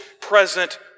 present